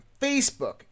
facebook